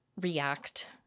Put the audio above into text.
react